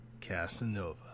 Casanova